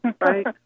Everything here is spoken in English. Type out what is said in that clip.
right